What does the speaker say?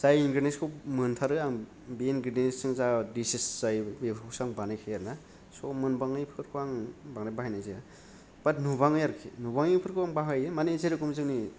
जाय इनग्रेडिएन्सखौ मोनथारो आं बे इनग्रेडिएन्सजों जा दिसेस जायो बेफोरखौसो आं बानाखायो आरोना स' मोनबायैफोरखौ आं बांद्राय बाहायनाय जाया बाथ नुबाङै आरोखि नुबाङैफोरखौ आं बाहायो मानि जेरेखम जोंनि